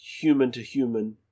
human-to-human